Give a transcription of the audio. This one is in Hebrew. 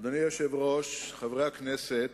אדוני היושב-ראש, חברי הכנסת,